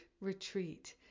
Retreat